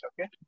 Okay